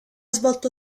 svolto